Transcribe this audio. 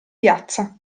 piazza